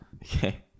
okay